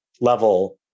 level